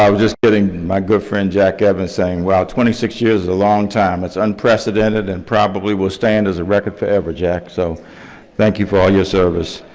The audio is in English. um just kidding. my good friend jack evans, wow, twenty six years is a long time. it's unprecedented and probably will stand as a record forever, jack. so thank you for ah your service.